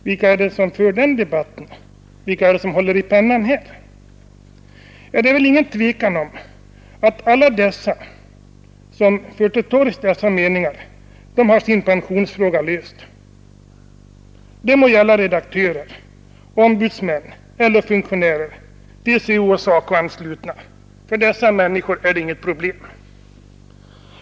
Vilka är det som för den debatten, vilka är det som för pennan här? Det är väl ingen tvekan om att alla dessa som för till torgs dessa meningar, de har sin pensionsfråga löst. Det må gälla redaktörer, ombudsmän eller LO-funktionärer, TCO och SACO-anslutna — för dessa människor är det inget problem.